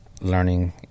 learning